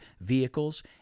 vehicles